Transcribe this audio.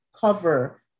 cover